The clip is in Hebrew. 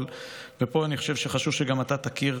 אני חושב שחשוב שגם אתה תכיר,